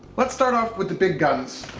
let's start off with the big guns.